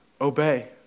obey